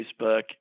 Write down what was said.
Facebook